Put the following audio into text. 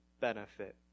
benefit